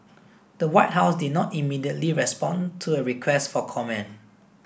the White House did not immediately respond to a request for comment